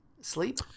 Sleep